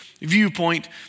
viewpoint